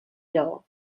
lleó